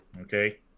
Okay